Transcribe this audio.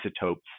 isotopes